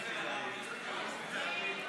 שירותים פיננסיים (קופות גמל)